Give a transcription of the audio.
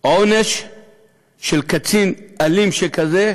העונש של קצין אלים שכזה,